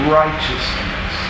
righteousness